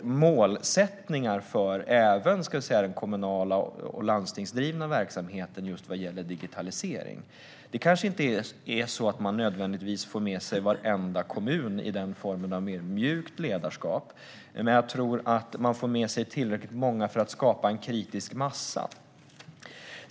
målsättningar även för den kommunala och landstingsdrivna verksamheten, just vad gäller digitalisering. Man får kanske inte nödvändigtvis med sig varenda kommun i den formen av mjukare ledarskap, men jag tror att man får med sig tillräckligt många för att skapa en kritisk massa.